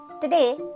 Today